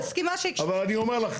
אבל אני אומר לך,